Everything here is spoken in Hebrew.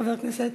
חבר הכנסת